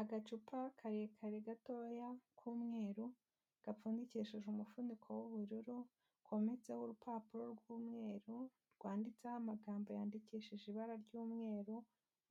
Agacupa karekare gatoya k'umweru, gapfundikishije umufuniko w'ubururu, kometseho urupapuro rw'umweru, rwanditseho amagambo yandikishije ibara ry'umweru,